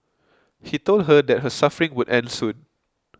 he told her that her suffering would end soon